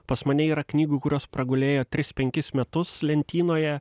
pas mane yra knygų kurios pragulėjo tris penkis metus lentynoje